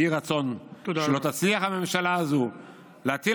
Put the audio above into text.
יהי רצון שלא תצליח הממשלה הזו להטיל